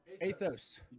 Athos